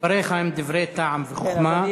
דבריך הם דברי טעם וחוכמה,